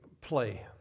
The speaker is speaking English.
play